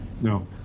No